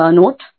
note